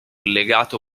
legato